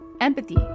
Empathy